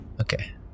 Okay